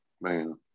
Man